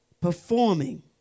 performing